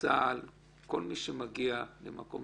כל מי שמגיע למקום